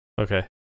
Okay